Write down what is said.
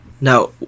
now